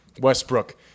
Westbrook